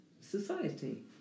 society